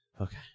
Okay